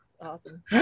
awesome